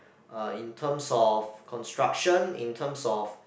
uh in terms of construction in terms of